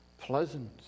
pleasant